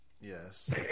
Yes